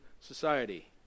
society